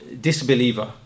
disbeliever